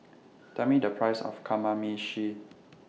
Tell Me The Price of Kamameshi